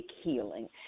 healing